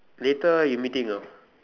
later you meeting not